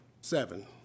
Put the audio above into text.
seven